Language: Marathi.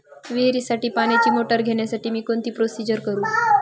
विहिरीसाठी पाण्याची मोटर घेण्यासाठी मी कोणती प्रोसिजर करु?